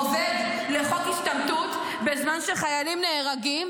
עובד לחוק השתמטות בזמן שחיילים נהרגים,